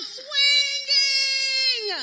swinging